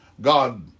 God